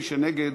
כספים,